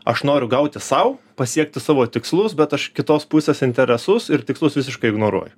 aš noriu gauti sau pasiekti savo tikslus bet aš kitos pusės interesus ir tikslus visiškai ignoruoju